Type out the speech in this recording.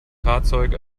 fahrzeug